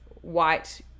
white